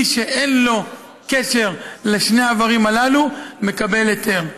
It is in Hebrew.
מי שאין לו קשר לשני העברים הללו מקבל היתר.